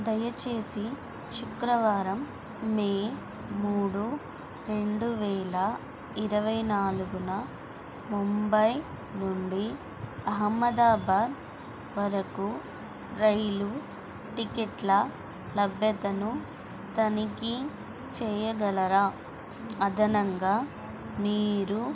దయచేసి శుక్రవారం మే మూడు రెండు వేల ఇరవై నాలుగున ముంబై నుండి అహ్మదాబాద్ వరకు రైలు టిక్కెట్ల లభ్యతను తనిఖీ చెయ్యగలరా అదనంగా మీరు